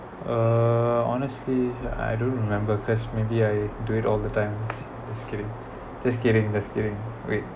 uh honestly I don't remember because maybe I do it all the time just kidding just kidding just kidding wait